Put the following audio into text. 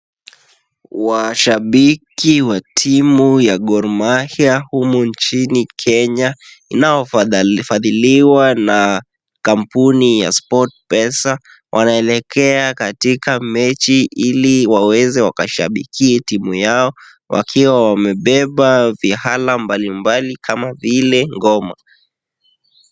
Washabiki wa timu ya Gor Mahia humu nchini Kenya, inaofadhiliwa na kampuni ya sportpesa, wanaelekea katika mechi ili waweze wakashabikie timu yao, wakiwa wamebeba vihala mbalimbali kama vile ngoma.